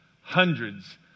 hundreds